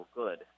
good